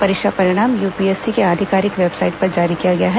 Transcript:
परीक्षा परिणाम यूपीएससी की आधिकारिक वेबसाइट पर जारी किया गया है